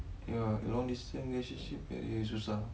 ya long distance relationship susah